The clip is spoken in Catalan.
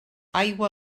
aigua